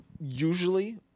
usually